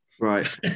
Right